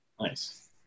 Nice